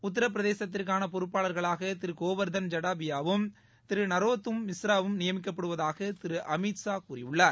உத்தர பிரதேசத்திற்கான பொறுப்பாளர்களாக திரு கோவர்தன் ஜடாபியாவும் திரு நரோத்தம் மிஸ்ராவும் நியமிக்கப்படுவதாக திரு அமித் ஷா கூறியுள்ளார்